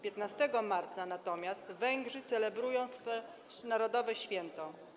15 marca natomiast Węgrzy celebrują swe narodowe święto.